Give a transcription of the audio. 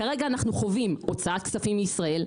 כרגע אנחנו חווים הוצאת כספים מישראל,